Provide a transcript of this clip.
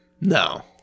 No